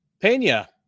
Pena